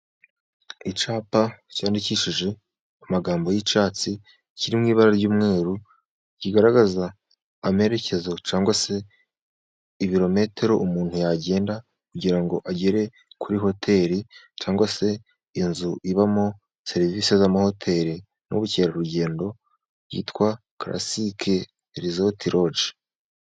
Icyapa cyandikishije amagambo y'icyatsi kiri mu ibara ry'umweru, kigaragaza amerekezo cyangwa se ibirometero umuntu yagenda kugira agere kuri hoteri, cyangwa se inzu ibamo serivisi z'amahoteli n'ubukerarugendo yitwa karasike resoti roji.